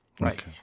right